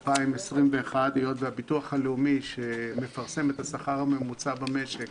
היות שהביטוח הלאומי מפרסם את השכר הממוצע במשק